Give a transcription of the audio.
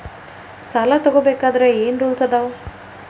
ಸಾಲ ತಗೋ ಬೇಕಾದ್ರೆ ಏನ್ ರೂಲ್ಸ್ ಅದಾವ?